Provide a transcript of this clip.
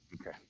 Okay